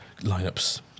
lineups